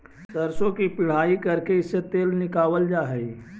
सरसों की पिड़ाई करके इससे तेल निकावाल जा हई